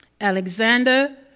Alexander